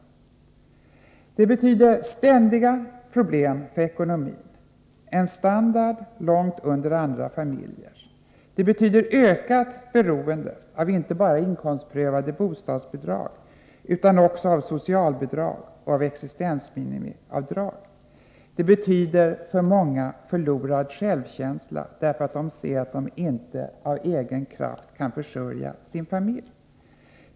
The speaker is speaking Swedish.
Flera barn betyder ständiga problem för ekonomin, en standard långt under andra familjers. Det betyder ökat beroende inte bara av inkomstprövade bostadsbidrag utan också av socialbidrag och existensminimiavdrag. Det betyder för många förlorad självkänsla, därför att de ser att de inte av egen kraft kan försörja sin familj.